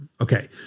Okay